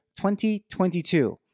2022